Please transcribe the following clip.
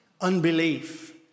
unbelief